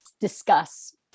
discuss